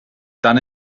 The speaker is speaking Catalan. tant